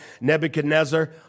Nebuchadnezzar